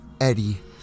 eddie